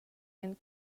and